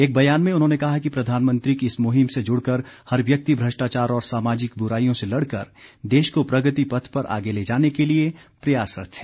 एक बयान में उन्होंने कहा कि प्रधानमंत्री की इस मुहिम से जुड़कर हर व्यक्ति भ्रष्टाचार और सामाजिक बुराईयों से लड़कर देश को प्रगति पथ पर आगे ले जाने के लिए प्रयासरत है